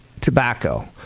tobacco